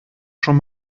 schon